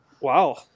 Wow